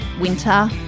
winter